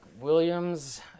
Williams